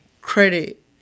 credit